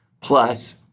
plus